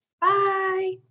Bye